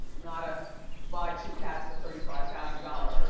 not a buy two cats for thirty five thousand dollars